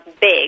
big